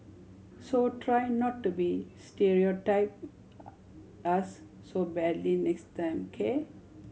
so try not to be stereotype us so badly next time K